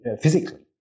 physically